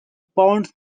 pounds